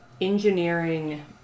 engineering